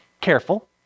careful